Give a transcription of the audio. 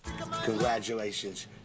Congratulations